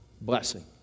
blessing